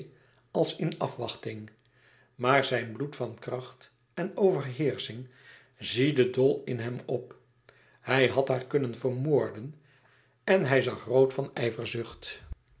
als in afwachting maar zijn bloed van kracht en overheersching ziedde dol in hem op hij had haar kunnen vermoorden en hij zag rood van